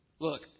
look